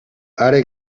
are